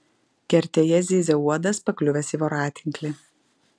kertėje zyzė uodas pakliuvęs į voratinklį